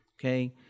okay